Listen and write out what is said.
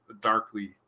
darkly